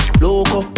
loco